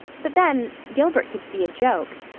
but then, gilbert could see a joke.